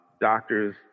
doctors